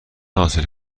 حاصل